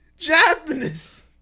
Japanese